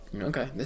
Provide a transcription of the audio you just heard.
Okay